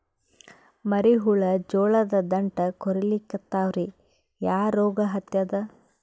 ಮರಿ ಹುಳ ಜೋಳದ ದಂಟ ಕೊರಿಲಿಕತ್ತಾವ ರೀ ಯಾ ರೋಗ ಹತ್ಯಾದ?